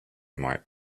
might